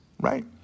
right